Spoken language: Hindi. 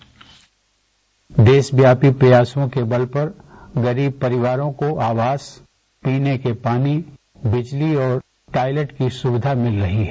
बाइट देशव्यापी प्रयासों के बल पर गरीब परिवारों को आवास पीने के पानी बिजली और टायलेट की सुविधा मिल रही है